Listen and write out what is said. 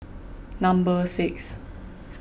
number six